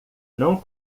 não